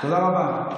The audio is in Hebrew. תודה רבה.